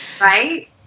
Right